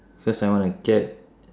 cause I want a cat